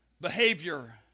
behavior